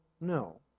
No